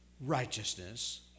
righteousness